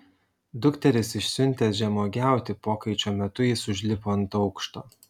dukteris išsiuntęs žemuogiauti pokaičio metu jis užlipo ant aukšto